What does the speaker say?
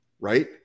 Right